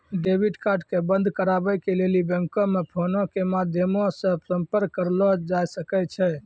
debit card के बंद कराबै के लेली बैंको मे फोनो के माध्यमो से संपर्क करलो जाय सकै छै